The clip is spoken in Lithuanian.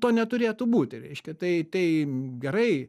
to neturėtų būti reiškia tai tai gerai